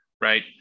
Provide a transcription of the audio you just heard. right